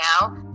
now